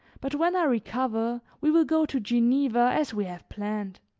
but when i recover we will go to geneva as we have planned.